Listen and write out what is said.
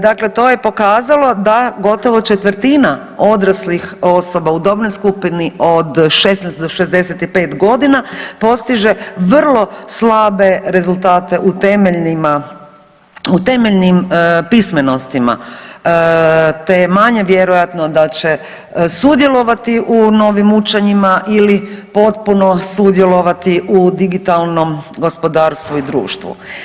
Dakle, to je pokazalo da gotovo četvrtina odraslih osoba u dobnoj skupini od 16 do 65 godina postiže vrlo slabe rezultate u temeljnim pismenostima, te je manje vjerojatno da će sudjelovati u novim učenjima ili potpuno sudjelovati u digitalnom gospodarstvu i društvu.